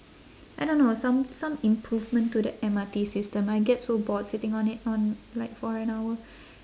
I don't know some some improvement to the M_R_T system I get so bored sitting on it on like for an hour